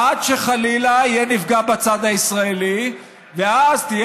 עד שחלילה יהיה נפגע בצד הישראלי ואז תהיה